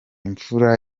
imfura